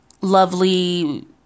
lovely